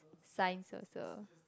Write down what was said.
science also